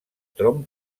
tron